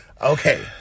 Okay